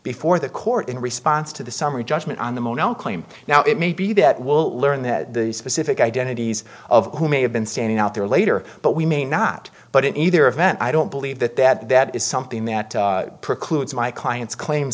before the court in response to the summary judgment on the mono claim now it may be that will learn the specific identities of who may have been standing out there later but we may not but in either event i don't believe that that that is something that precludes my client's claims